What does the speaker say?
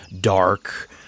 dark